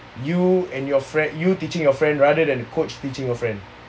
you and your friend you teaching your friend rather than coach teaching a friend